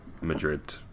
Madrid